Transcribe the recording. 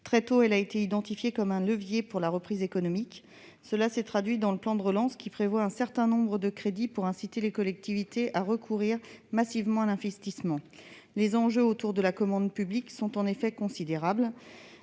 Très tôt, elle a été identifiée comme un levier pour la reprise économique. Cela s'est traduit dans le plan de relance, qui prévoit un certain nombre de crédits pour inciter les collectivités à recourir massivement à l'investissement. Les enjeux autour de la commande publique sont en effet considérables.